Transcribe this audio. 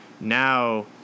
now